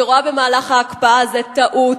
שרואה במהלך ההקפאה הזה טעות,